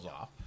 off